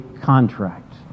contract